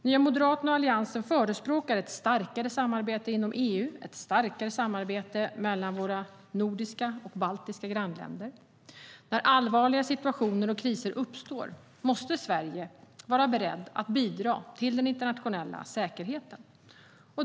Nya moderaterna och Alliansen förespråkar ett starkare samarbete inom EU, ett starkare samarbete med våra nordiska och baltiska grannländer. När allvarliga situationer och kriser uppstår måste vi i Sverige vara beredda att bidra till den internationella säkerheten.